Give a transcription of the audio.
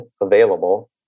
available